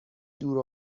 دور